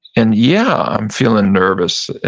and yeah, i'm feeling nervous.